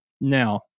Now